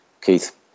Keith